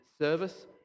service